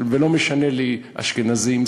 ולא משנה לי אשכנזים,